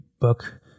book